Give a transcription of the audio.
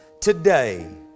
Today